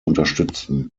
unterstützen